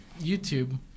YouTube